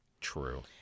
True